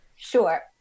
Sure